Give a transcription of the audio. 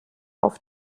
auf